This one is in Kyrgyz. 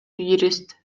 юрист